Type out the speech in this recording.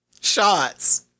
shots